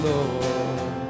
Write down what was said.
Lord